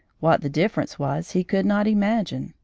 what the difference was he could not imagine,